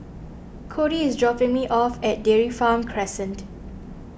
Cody is dropping me off at Dairy Farm Crescent